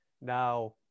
Now